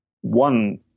one